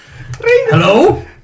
Hello